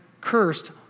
cursed